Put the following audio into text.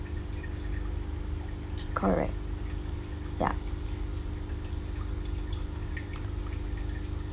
correct ya